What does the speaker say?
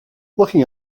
looking